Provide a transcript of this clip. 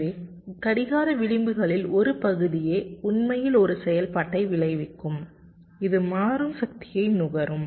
எனவே கடிகார விளிம்புகளில் ஒரு பகுதியே உண்மையில் ஒரு செயல்பாட்டை விளைவிக்கும் இது மாறும் சக்தியை நுகரும்